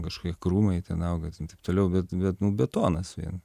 kažkokie krūmai ten auga ten taip toliau bet bet nu betonas vien